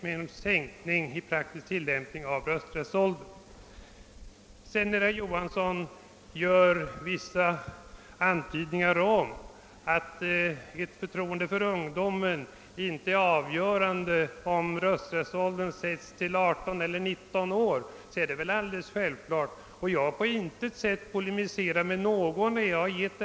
Herr Johansson antydde att det avgörande för det förtroende man har för ungdomen inte är om man vill sätta rösträttsåldern till 18 eller till 19 år. Det är riktigt, och jag har inte polemiserat mot någon på den punkten.